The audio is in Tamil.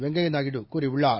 வெங்கையநாயுடு கூறியுள்ளார்